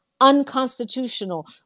unconstitutional